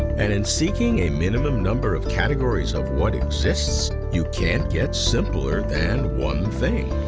and in seeking a minimum number of categories of what exists, you can't get simpler than one thing.